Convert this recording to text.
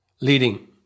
Leading